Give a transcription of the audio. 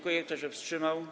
Kto się wstrzymał?